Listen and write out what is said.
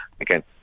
Again